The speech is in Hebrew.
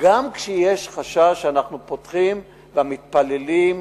גם כשיש חשש אנחנו פותחים, והמתפללים,